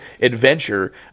adventure